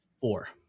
four